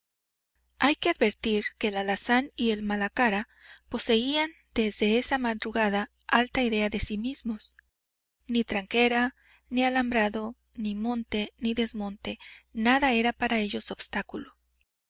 hay que advertir que el alazán y el malacara poseían desde esa madrugada alta idea de sí mismos ni tranquera ni alambrado ni monte ni desmonte nada era para ellos obstáculo